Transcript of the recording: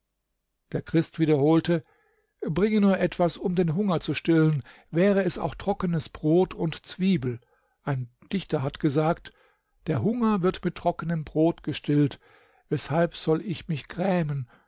der christ wiederholte bringe nur etwas um den hunger zu stillen wäre es auch trockenes brot und zwiebel ein dichter hat gesagt der hunger wird mit trockenem brot gestillt weshalb soll ich mich grämen